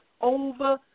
over